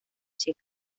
checa